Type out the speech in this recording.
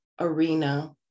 arena